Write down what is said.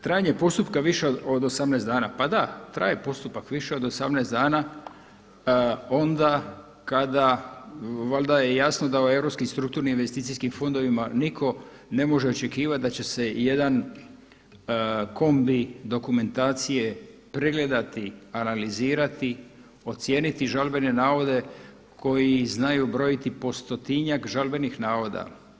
Trajanje postupka više od 18 dana, pa da traje postupak više od 18 dana onda kada, valjda je jasno da u europskim strukturnim investicijskim fondovima nitko ne može očekivati da će se jedan kombi dokumentacije pregledati, analizirati, ocijeniti žalbene navede koji znaju brojiti po stotinjak žalbenih navoda.